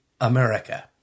America